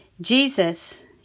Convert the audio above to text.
Jesus